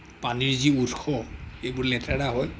পানীৰ যি উৎস এইবোৰ লেতেৰা হয়